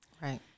Right